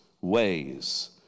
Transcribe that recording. ways